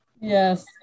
Yes